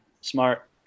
Smart